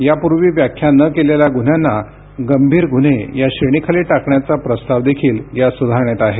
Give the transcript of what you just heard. यापूर्वी व्याख्या न केलेल्या गुन्ह्यांना गंभीर गुन्हे या श्रेणीखाली टाकण्याचा प्रस्ताव देखील या सुधारणेत आहे